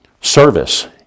service